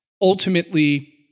ultimately